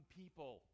people